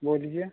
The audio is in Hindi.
बोलिए